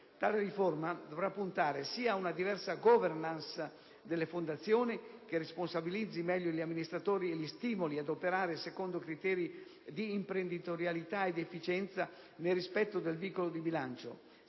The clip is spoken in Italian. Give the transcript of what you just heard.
Tale riforma dovrà puntare sia a una diversa *governance* delle fondazioni, che responsabilizzi meglio gli amministratori e li stimoli a operare secondo criteri di imprenditorialità e di efficienza nel rispetto del vincolo di bilancio,